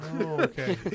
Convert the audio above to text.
okay